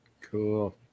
Cool